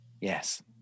Yes